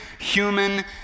human